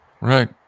Right